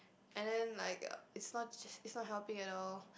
and then like uh it's not it's it's not helping at all